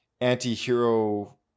anti-hero